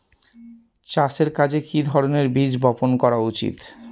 চাষের কাজে কি ধরনের বীজ বপন করা উচিৎ?